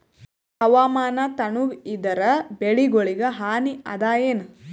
ಹವಾಮಾನ ತಣುಗ ಇದರ ಬೆಳೆಗೊಳಿಗ ಹಾನಿ ಅದಾಯೇನ?